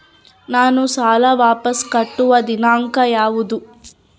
ನಾನು ಸಾಲ ವಾಪಸ್ ಕಟ್ಟುವ ದಿನಾಂಕ ಯಾವುದು?